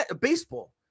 baseball